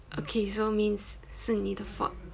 okay so means 是你的 fault